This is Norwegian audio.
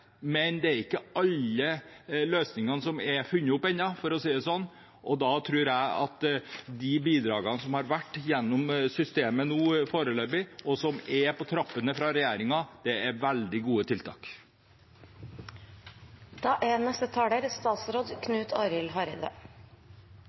er ikke alle løsninger som er funnet opp ennå, for å si det sånn, og da tror jeg at de bidragene som har vært gjennom systemet nå foreløpig, og som er på trappene fra regjeringen, er veldig gode